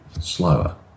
slower